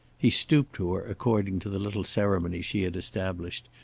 he stooped to her, according to the little ceremony she had established,